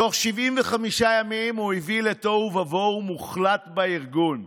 תוך 75 ימים הוא הביא לתוהו ובוהו מוחלט בארגון.